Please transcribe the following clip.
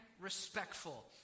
respectful